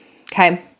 okay